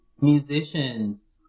musicians